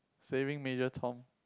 Saving Major Tom